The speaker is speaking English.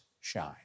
shine